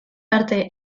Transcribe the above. arte